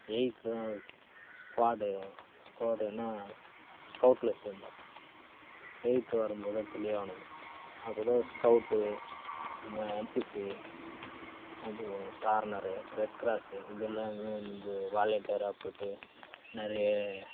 eighth தான் squad ஸ்குவாடுனால் ஸ்கவுட்டில் சேர்ந்தோம் எய்த் வரும்போதுதான் தெளிவாகினோம் அப்போது தான் ஸ்கவுட் என்சிசி அப்புறம் சாரணர் ரெட் கிராஸ் இதெல்லாம் வந்து வாலென்ட்டியராக போய்ட்டு நிறைய